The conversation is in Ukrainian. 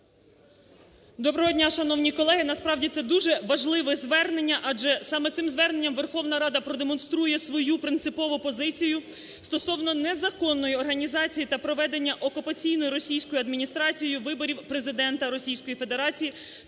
Доброго дня, шановні колеги. Насправді, це дуже важливе звернення, адже саме цим зверненням Верховна Рада продемонструє свою принципову позицію стосовно незаконної організації та проведення окупаційною російською адміністрацією виборів Президента Російської Федерації